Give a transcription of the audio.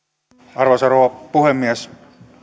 arvoisa rouva puhemies